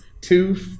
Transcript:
two